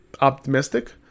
optimistic